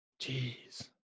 Jeez